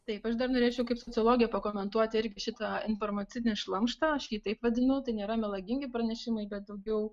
taip aš dar norėčiau kaip sociologė pakomentuoti ir šitą informacinį šlamštą aš jį taip vadinu tai nėra melagingi pranešimai bet daugiau